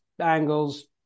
angles